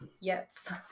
Yes